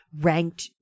ranked